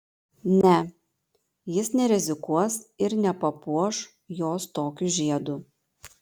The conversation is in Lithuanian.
ne jis nerizikuos ir nepapuoš jos tokiu žiedu